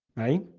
right